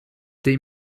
they